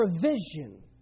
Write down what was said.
provision